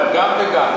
גם וגם.